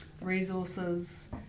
resources